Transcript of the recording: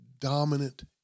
dominant